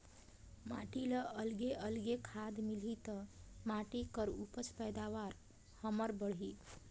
माटी ल अलगे अलगे खाद मिलही त माटी कर उपज पैदावार हमर बड़ही